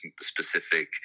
specific